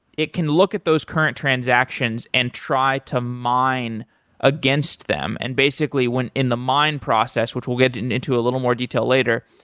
it can look at those current transactions and try to mine against them. and basically, in the mine process, which we'll get into a little more detail later,